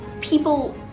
people